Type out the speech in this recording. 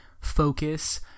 focus